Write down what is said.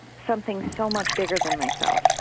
something so much bigger than myself.